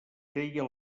queia